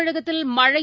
தமிழகத்தில் மழை